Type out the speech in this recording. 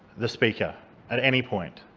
the speaker at any point.